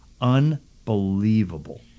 Unbelievable